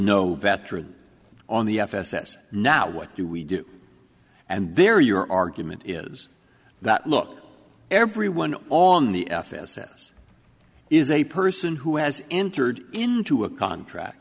no veteran on the f s s now what do we do and there your argument is that look everyone on the f s s is a person who has entered into a contract